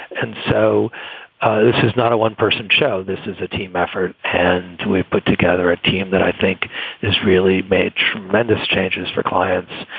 and so ah this is not a one person show. this is a team effort. and we've put together a team that i think this really made tremendous changes for clients.